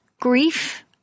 grief